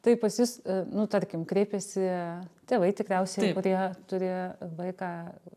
taip pas jus nu tarkim kreipiasi tėvai tikriausiai kurie turi vaiką